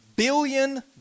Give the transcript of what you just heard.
billion